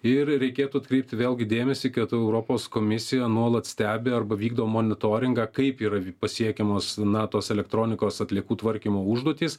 ir reikėtų atkreipti vėlgi dėmesį kad europos komisija nuolat stebi arba vykdo monitoringą kaip yra pasiekiamos na tos elektronikos atliekų tvarkymo užduotys